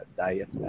diet